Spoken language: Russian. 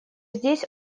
здесь